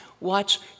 watch